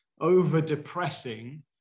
over-depressing